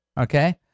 okay